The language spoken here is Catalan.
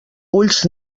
ulls